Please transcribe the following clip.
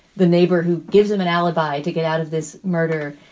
the neighbor who gives him an alibi to get out of this murder,